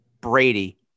Brady